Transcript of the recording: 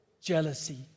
jealousy